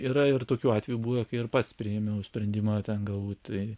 yra ir tokių atvejų buvę kai ir pats priėmiau sprendimą ten galbūt